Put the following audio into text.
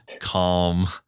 calm